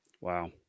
Wow